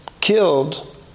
killed